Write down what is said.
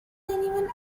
anyone